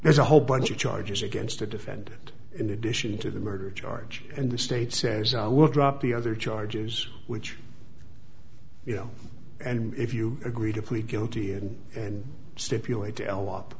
there's a whole bunch of charges against the defendant in addition to the murder charge and the state says i will drop the other charges which you know and if you agree to plead guilty and and stipulate